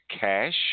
Cash